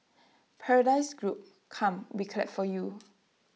paradise group come we clap for you